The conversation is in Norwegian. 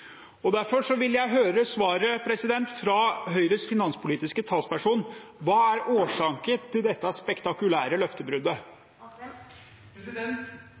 Norge. Derfor vil jeg ha et svar fra Høyres finanspolitiske talsperson: Hva er årsaken til dette spektakulære løftebruddet?